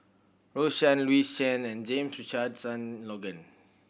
Rose Chan Louis Chen and James Richardson Logan